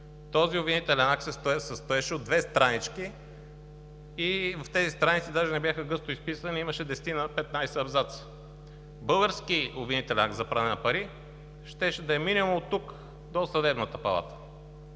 Този обвинителен акт се състоеше от две странички и в тези страници, даже не бяха гъсто изписани, имаше десетина-петнадесет абзаца. Български обвинителен акт за пране на пари щеше да е минимум оттук до Съдебната палата.